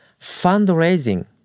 fundraising